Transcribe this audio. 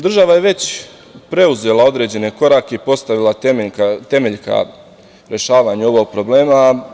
Država je već preuzela određene korake i postavila temelje ka rešavanju ovog problema.